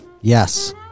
Yes